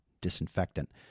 disinfectant